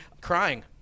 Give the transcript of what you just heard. crying